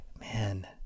man